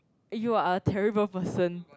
you are a terrible person